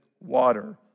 Water